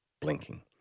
blinking